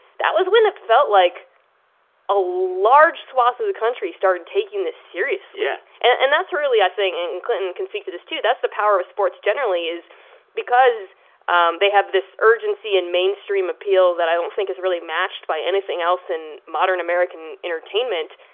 that was when it felt like a large swath of the country started taking this seriously yeah and that's really, i think and and clinton can speak to this, too. that's the power of sports generally is because um they have this urgency and mainstream appeal that i don't think is really matched by anything else in modern american entertainment,